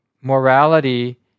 morality